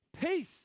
Peace